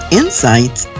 insights